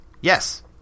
Yes